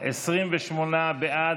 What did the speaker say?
28 בעד,